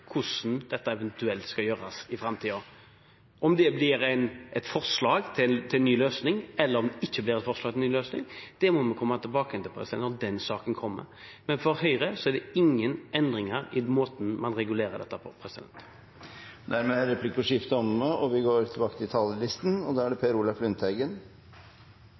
hvordan dette eventuelt skal gjøres i framtiden. Om det blir et forslag eller det ikke blir et forslag til en ny løsning, må vi komme tilbake til når den saken kommer opp. For Høyre er det ingen endringer i måten man regulerer dette på. Replikkordskiftet er omme. Det vi behandler i dag, er en utrolig viktig sak. Det er en sak som gjelder den økonomiske tryggheten for pensjonistene og for dem som får sine ytelser ut fra det